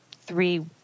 three